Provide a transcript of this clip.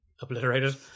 obliterated